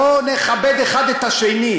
בוא נכבד אחד את השני,